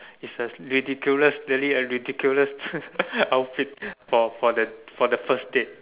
it's the ridiculous really a ridiculous outfit for for the for the first date